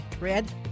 red